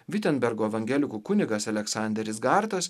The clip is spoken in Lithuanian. vitembergo evangelikų kunigas aleksanderis gartas